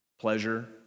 pleasure